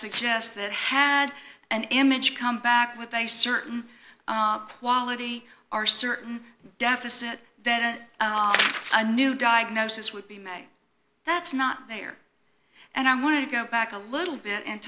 suggests that had an image come back with a certain quality are certain deficit that the new diagnosis would be made that's not there and i want to go back a little bit and